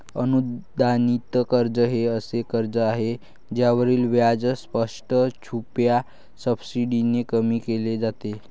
अनुदानित कर्ज हे असे कर्ज आहे ज्यावरील व्याज स्पष्ट, छुप्या सबसिडीने कमी केले जाते